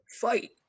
Fight